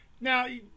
Now